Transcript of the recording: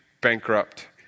bankrupt